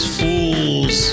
fools